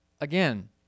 again